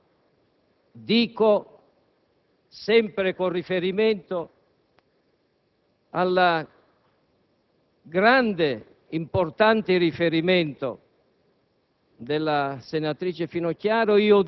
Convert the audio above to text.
Anch'io, signor Presidente, come avrà dedotto dal testo della lettera che le ho fatto pervenire